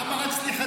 למה רק סליחתו?